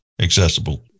accessible